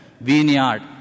vineyard